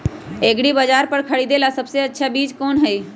एग्रिबाजार पर से खरीदे ला सबसे अच्छा चीज कोन हई?